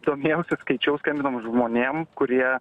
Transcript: domėjausi skaičiau skambinom žmonėm kurie